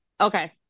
Okay